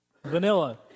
Vanilla